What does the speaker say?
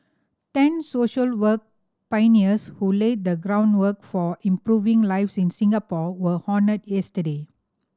ten social work pioneers who laid the groundwork for improving lives in Singapore were honoured yesterday